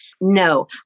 No